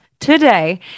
today